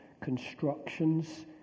constructions